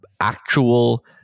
actual